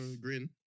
green